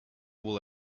will